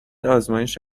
آزمایش